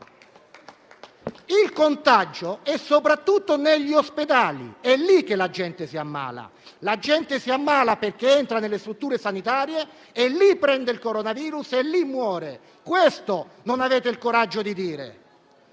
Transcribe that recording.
Il contagio è soprattutto negli ospedali: è lì che la gente si ammala, perché entra nelle strutture sanitarie, dove prende il coronavirus e muore. Questo non avete il coraggio di dirlo.